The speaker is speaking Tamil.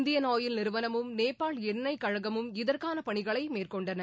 இந்தியன் ஆயில் நிறுவனமும் நேபாள் எண்ணெய் கழகமும் இதற்கான பணிகளை மேற்கொண்டன